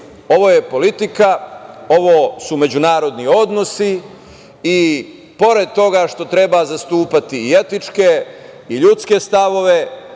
ovo je politika, ovo su međunarodni odnosi i pored toga što treba zastupati i etičke i ljudske stavove,